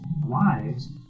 wives